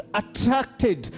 attracted